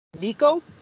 Nico